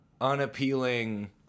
unappealing